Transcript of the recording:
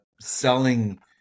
selling